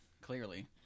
clearly